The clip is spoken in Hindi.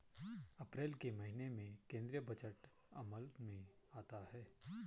अप्रैल के महीने में केंद्रीय बजट अमल में आता है